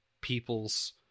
people's